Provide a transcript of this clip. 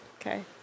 Okay